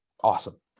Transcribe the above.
Awesome